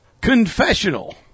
Confessional